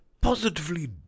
positively